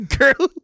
girl